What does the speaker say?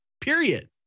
period